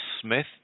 Smith